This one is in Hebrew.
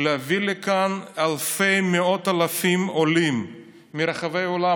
להביא לכאן אלפי או מאות אלפי עולים מרחבי העולם,